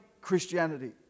Christianity